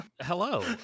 Hello